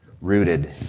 rooted